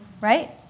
right